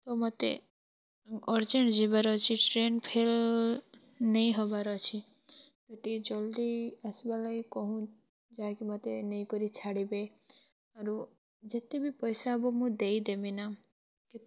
ଓ ମୋତେ ଅର୍ଜେଣ୍ଟ୍ ଯିବାର୍ ଅଛି ଟ୍ରେନ୍ ଫେଲ୍ ନେଇଁ ହେବାର୍ ଅଛି ଟିକେ ଜଲ୍ଦି ଆସ୍ବା ଲାଗି କହୁନ୍ ଯାଇକି ମୋତେ ନେଇକରି ଛାଡ଼ିବେ ଆରୁ ଯେତେ ବି ପଇସା ହବ ମୁଁ ଦେଇଦେମି ନା କେତେ